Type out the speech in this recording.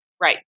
Right